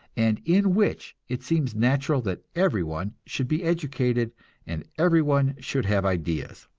and in which it seems natural that everyone should be educated and everyone should have ideas.